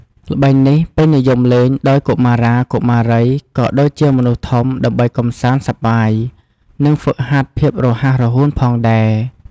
ល្បែងនេះពេញនិយមលេងដោយកុមារា កុមារី ក៏ដូចជាមនុស្សធំ ដើម្បីកម្សាន្តសប្បាយ និងហ្វឹកហាត់ភាពរហ័សរហួនផងដែរ។